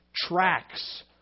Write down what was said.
Tracks